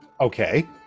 okay